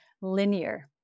linear